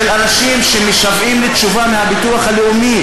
אנשים שמשוועים לתשובה מהביטוח הלאומי?